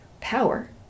power